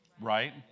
right